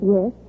Yes